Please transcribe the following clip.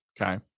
okay